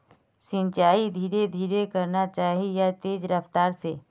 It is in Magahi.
सिंचाई धीरे धीरे करना चही या तेज रफ्तार से?